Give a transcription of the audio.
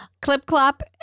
Clip-Clop